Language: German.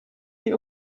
die